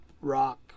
rock